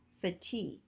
fatigue